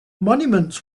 monuments